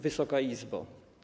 Wysoka Izbo!